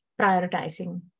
prioritizing